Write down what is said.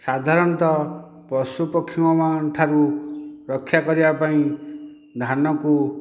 ସାଧାରଣତଃ ପଶୁ ପକ୍ଷୀଙ୍କ ଠାରୁ ରକ୍ଷା କରିବା ପାଇଁ ଧାନକୁ